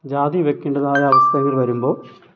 ജാതി വെയ്ക്കേണ്ടതായ അവസ്ഥകൾ വരുമ്പോള്